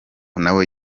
nawe